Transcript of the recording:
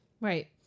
right